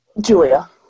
Julia